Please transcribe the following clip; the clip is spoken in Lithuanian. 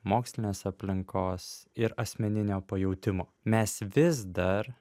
mokslinės aplinkos ir asmeninio pajautimo mes vis dar